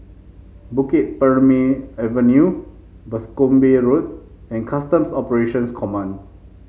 Bukit Purmei Avenue Boscombe Road and Customs Operations Command